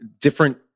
different